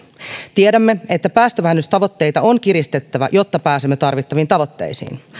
tiedämme että päästövähennystavoitteita on kiristettävä jotta pääsemme tarvittaviin tavoitteisiin